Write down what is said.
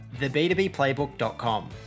theb2bplaybook.com